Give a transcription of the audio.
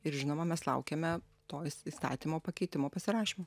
ir žinoma mes laukiame to įstatymo pakeitimo pasirašymo